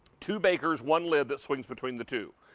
two bakers, one lid that switches between the two.